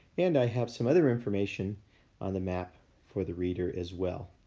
and i have some other information on the map for the reader as well.